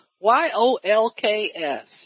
Y-O-L-K-S